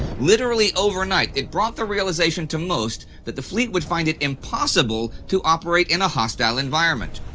literally overnight, it brought the realization to most that the fleet would find it impossible to operate in a hostile environment.